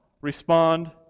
respond